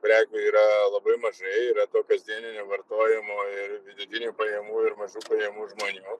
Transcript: prekių yra labai mažai yra to kasdieninio vartojimo ir vidutinių pajamų ir mažų pajamų žmonių